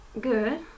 good